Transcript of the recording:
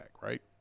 right